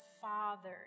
Father